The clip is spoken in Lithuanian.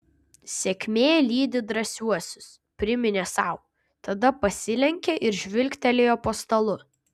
sėkmė lydi drąsiuosius priminė sau tada pasilenkė ir žvilgtelėjo po stalu